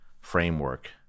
framework